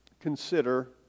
consider